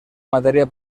matèria